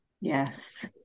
Yes